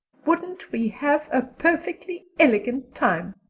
wouldn't we have a perfectly elegant time?